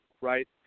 right